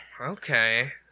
Okay